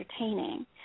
entertaining